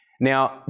Now